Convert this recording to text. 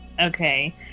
Okay